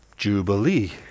jubilee